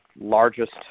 largest